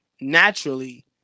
naturally